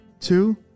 two